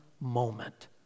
moment